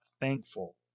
thankful